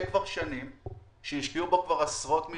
כבר שנים שהשקיעו בו כבר עשרות מיליונים.